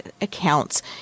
accounts